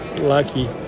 lucky